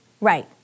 Right